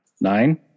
nine